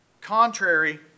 contrary